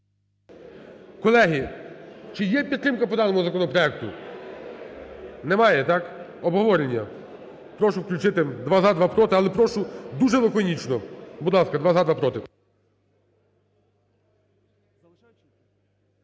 Колеги, чи є підтримка по даному законопроекту? Немає, так? Обговорення? Прошу включити: два – за, два – проти. Але прошу дуже лаконічно. Будь ласка, два – за, два – проти.